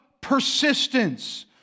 persistence